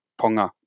Ponga